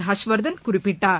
ஹர்ஷ்வர்தன் குறிப்பிட்டார்